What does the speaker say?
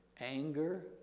anger